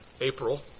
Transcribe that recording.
April